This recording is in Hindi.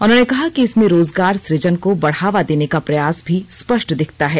उन्होंने कहा कि इसमें रोजगार सुजन को बढ़ावा देने का प्रयास भी स्पष्ट दिखता है